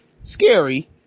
Scary